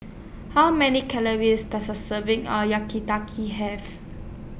How Many Calories Does A Serving of Have